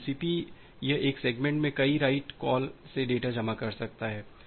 तो टीसीपी यह एक सेगमेंट में कई राइट कॉल से डेटा जमा कर सकता है